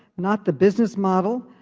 not the business model.